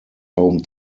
home